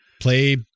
play